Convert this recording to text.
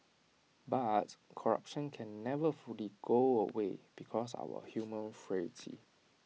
but corruption can never fully go away because of our human frailty